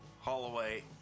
Holloway